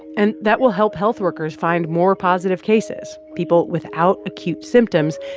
and that will help health workers find more positive cases, people without acute symptoms,